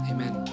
Amen